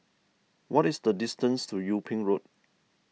what is the distance to Yung Ping Road